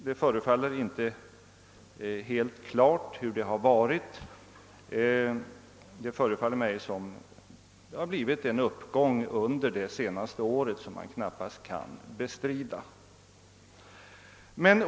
Det förefaller inte helt klart hur denna har tett sig; enligt min uppfattning har det skett en uppgång under det senaste året som knappast kan bestridas.